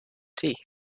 tea